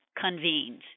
convenes